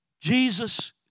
Jesus